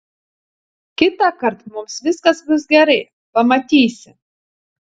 kitąkart mums viskas bus gerai pamatysi